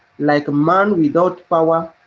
like man without power,